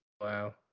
Wow